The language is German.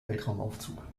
weltraumaufzug